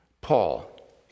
Paul